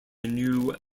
new